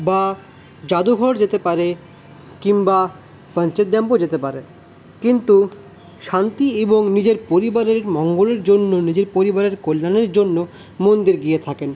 বা জাদুঘর যেতে পারে কিংবা পাঞ্চেত ড্যামও যেতে পারে কিন্তু শান্তি এবং নিজের পরিবারের মঙ্গলের জন্য নিজের পরিবারের কল্যাণের জন্য মন্দির গিয়ে থাকেন